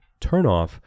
turnoff